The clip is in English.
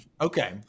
Okay